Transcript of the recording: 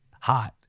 Hot